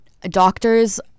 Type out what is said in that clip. doctors